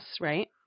Right